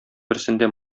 берсендә